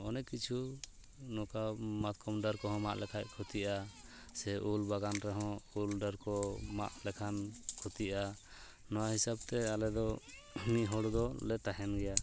ᱚᱱᱮᱠ ᱠᱤᱪᱷᱩ ᱱᱚᱝᱠᱟ ᱢᱟᱛᱠᱚᱢ ᱰᱟᱹᱨ ᱠᱚᱦᱚᱸ ᱢᱟᱜ ᱞᱮᱠᱷᱟᱱ ᱠᱷᱚᱛᱤᱜᱼᱟ ᱥᱮ ᱩᱞᱵᱟᱜᱟᱱ ᱨᱮᱦᱚᱸ ᱩᱞ ᱰᱟᱹᱨ ᱠᱚ ᱢᱟᱜ ᱞᱮᱠᱷᱟᱱ ᱠᱷᱚᱛᱤᱜᱼᱟ ᱱᱚᱣᱟ ᱦᱤᱥᱟᱹᱵ ᱛᱮ ᱟᱞᱮ ᱫᱚ ᱢᱤᱫ ᱦᱚᱲ ᱫᱚᱞᱮ ᱛᱟᱦᱮᱱ ᱜᱮᱭᱟ